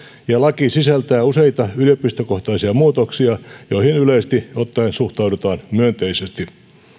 ja laki sisältää useita yliopistokohtaisia muutoksia joihin yleisesti ottaen suhtaudutaan myönteisesti